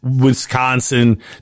Wisconsin